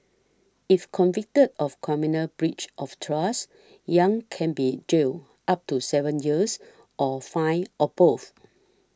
if convicted of criminal breach of trust Yang can be jailed up to seven years or fined or both